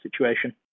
situation